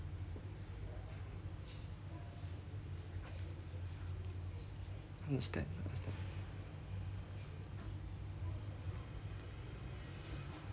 understand understand